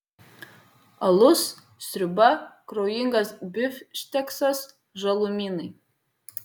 alus sriuba kraujingas bifšteksas žalumynai